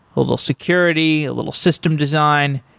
a little security, a little system design.